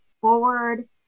forward